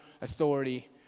authority